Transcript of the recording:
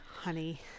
honey